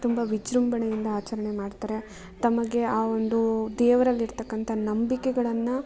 ತುಂಬ ವಿಜೃಂಭಣೆಯಿಂದ ಆಚರಣೆ ಮಾಡ್ತಾರೆ ತಮಗೆ ಆ ಒಂದು ದೇವರಲ್ಲಿರ್ತಕ್ಕಂಥ ನಂಬಿಕೆಗಳನ್ನು